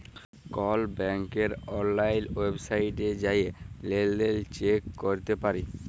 call ব্যাংকের অললাইল ওয়েবসাইটে জাঁয়ে লেলদেল চ্যাক ক্যরতে পারি